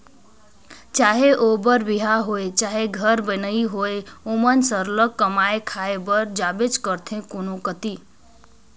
चहे ओ बर बिहा होए चहे घर बनई होए ओमन सरलग कमाए खाए बर जाबेच करथे कोनो कती